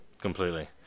Completely